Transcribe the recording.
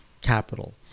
capital